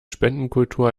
spendenkultur